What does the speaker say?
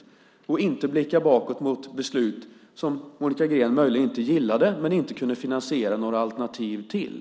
Vi ska inte blicka bakåt mot beslut som Monica Green möjligen inte gillade men inte kunde finansiera några alternativ till.